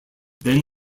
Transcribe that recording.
then